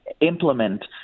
implement